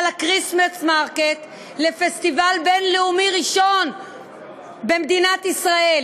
ה"כריסמס מרקט" לפסטיבל בין-לאומי ראשון במדינת ישראל